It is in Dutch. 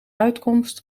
uitkomst